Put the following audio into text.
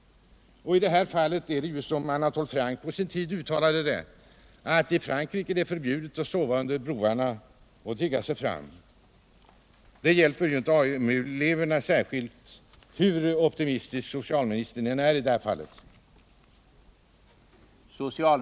I det här fallet är det som Anatole France på sin tid uttalade det: I Frankrike är det förbjudet att sova under broarna och tigga sig fram. Det hjälper inte AMU-cleverna, hur optimistisk socialministern än är. Herr talman! Jag har redovisat för Gustav Lorentzon vad som gäller i dag, Torsdagen den och jag har också redovisat motiven till de regler vi har. 9 mars 1978 Sedan vill jag återigen påpeka för Gustav Lorentzon att den allmänna försäkringen inte skall glömmas bort i sammanhanget. Om socialstyrelsens